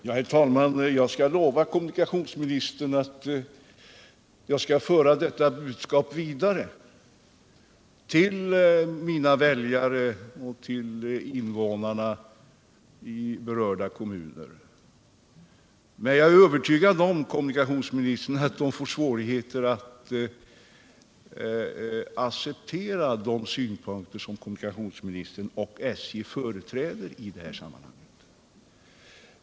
Herr talman! Jag skall lova kommunikationsministern att föra detta budskap vidare till invånarna i berörda kommuner. Men jag är övertygad om, kommunikationsministern, att de får svårigheter att acceptera de synpunkter som kommunikationsministern och SJ företräder i det här sammanhanget.